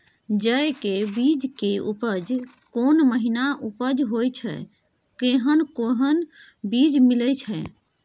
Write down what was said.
जेय के बीज के उपज कोन महीना उपज होय छै कैहन कैहन बीज मिलय छै?